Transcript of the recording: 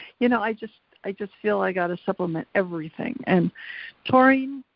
you know, i just i just feel i gotta supplement everything, and taurine,